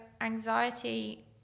anxiety